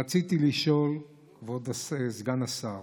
רציתי לשאול, כבוד סגן השר: